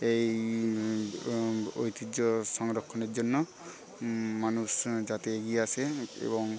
এই ঐতিহ্য সংরক্ষণের জন্য মানুষ যাতে এগিয়ে আসে এবং